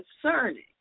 concerning